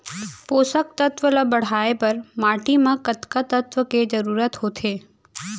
पोसक तत्व ला बढ़ाये बर माटी म कतका तत्व के जरूरत होथे?